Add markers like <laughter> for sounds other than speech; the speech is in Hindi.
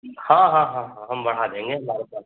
हाँ हाँ हाँ हाँ हम बढ़ा देंगे <unintelligible>